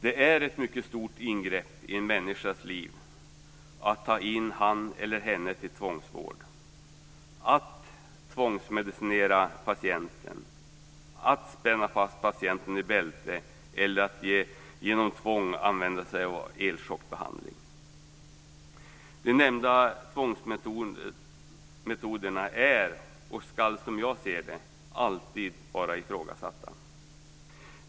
Det är ett mycket stort ingrepp i en människas liv att ta in honom eller henne till tvångsvård, att tvångsmedicinera patienten, att spänna fast patienten i bälte eller att genom tvång använda sig av elchockbehandling. De nämnda tvångsmetoderna är och ska, som jag ser det, alltid vara ifrågasatta.